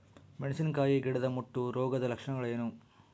ಮೆಣಸಿನಕಾಯಿ ಗಿಡದ ಮುಟ್ಟು ರೋಗದ ಲಕ್ಷಣಗಳೇನು?